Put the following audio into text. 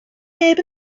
neb